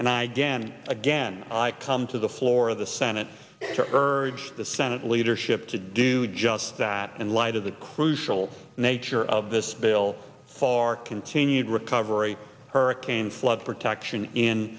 and i again and again i come to the floor of the senate to urge the senate leadership to do just that in light of the crucial nature of this bill far continued recovery hurricane flood protection in